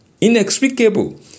inexplicable